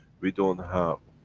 we don't have,